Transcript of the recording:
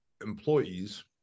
employees